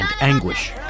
anguish